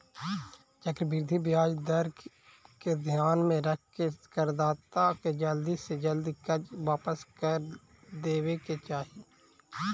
चक्रवृद्धि ब्याज दर के ध्यान में रखके करदाता के जल्दी से जल्दी कर्ज वापस कर देवे के चाही